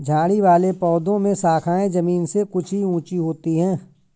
झाड़ी वाले पौधों में शाखाएँ जमीन से कुछ ही ऊँची होती है